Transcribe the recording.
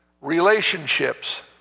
relationships